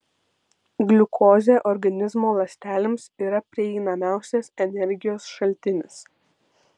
gliukozė organizmo ląstelėms yra prieinamiausias energijos šaltinis